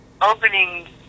opening